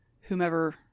whomever